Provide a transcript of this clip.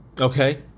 Okay